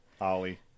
Ollie